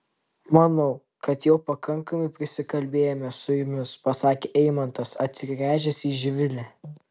manau kad jau pakankamai prisikalbėjome su jumis pasakė eimantas atsigręžęs į živilę